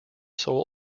soul